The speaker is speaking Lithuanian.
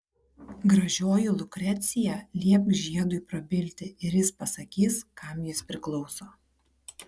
gražioji lukrecija liepk žiedui prabilti ir jis pasakys kam jis priklauso